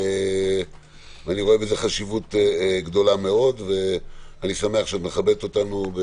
אני רואה בזה חשיבות גדולה מאוד ושמח שאת מכבדת אותנו.